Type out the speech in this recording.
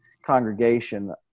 congregation